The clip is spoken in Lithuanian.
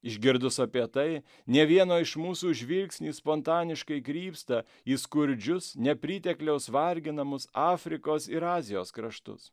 išgirdus apie tai ne vieno iš mūsų žvilgsniai spontaniškai krypsta į skurdžius nepritekliaus varginamus afrikos ir azijos kraštus